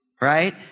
right